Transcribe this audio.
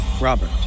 Robert